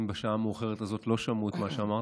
אם בשעה המאוחרת הזאת לא שמעו את מה שאמרת,